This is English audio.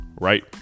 right